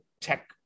tech